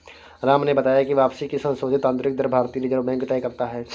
राम ने बताया की वापसी की संशोधित आंतरिक दर भारतीय रिजर्व बैंक तय करता है